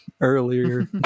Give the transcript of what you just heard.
earlier